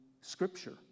Scripture